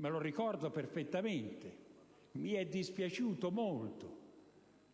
Me lo ricordo perfettamente, e mi è dispiaciuto molto,